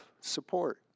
support